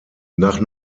nach